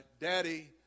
daddy